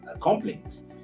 complaints